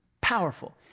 powerful